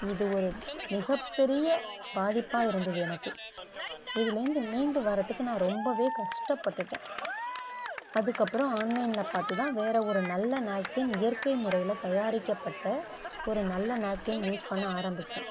இது ஒரு மிகப்பெரிய பாதிப்பாக இருந்தது எனக்கு இதுலேருந்து மீண்டு வர்றதுக்கு நான் ரொம்ப கஷ்டப்பட்டுட்டேன் அதுக்கப்றம் ஆன்லைனில் பார்த்துதான் வேறு ஒரு நல்ல நாப்கின் இயற்கை முறையில் தயாரிக்கப்பட்ட ஒரு நல்ல நாப்கின் யூஸ் பண்ண ஆரம்பித்தேன்